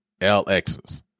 LXs